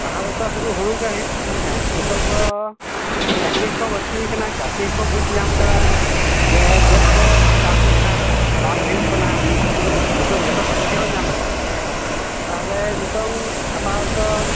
ᱞᱟᱦᱟ ᱨᱮᱛᱚ ᱥᱩᱫᱷᱩ ᱦᱩᱲᱩ ᱜᱮ ᱦᱩᱭᱩᱜ ᱠᱟᱱ ᱛᱟᱦᱮᱱ ᱱᱤᱛᱳᱜ ᱫᱚ ᱪᱟᱹᱥᱤᱠᱚ ᱵᱟᱹᱲᱛᱤ ᱟᱠᱟᱱᱟ ᱪᱟᱹᱥᱤᱠᱚ ᱵᱩᱡ ᱧᱟᱢ ᱟᱠᱟᱫᱟ ᱡᱮ ᱪᱮᱫᱽ ᱠᱚ ᱪᱟᱥ ᱞᱮᱠᱷᱟᱡ ᱞᱟᱵᱷ ᱦᱩᱭᱩᱜ ᱠᱟᱱᱟ ᱱᱤᱛᱳᱜ ᱡᱷᱚᱛᱚᱠᱚ ᱵᱩᱡᱷᱟᱹᱣ ᱧᱟᱢᱟᱠᱟᱫᱟ ᱛᱟᱦᱚᱞᱮ ᱱᱤᱛᱚᱝ ᱟᱯᱟᱛᱚᱛᱚ